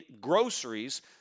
groceries